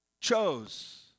chose